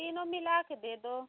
तीनों मिला के दे दो